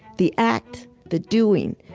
the act, the doing,